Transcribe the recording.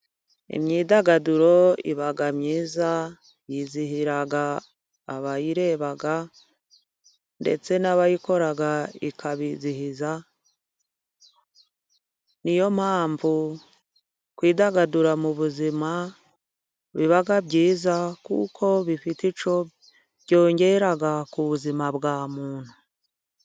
Imyidagaduro iba myiza yizihira abayireba, ndetse n'abayikora ikabizihira, niyo mpamvu kwidagadura mu buzima biba byiza kuko bifite icyo byongera ku buzima bwa muntu.